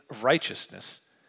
righteousness